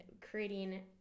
creating